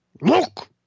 look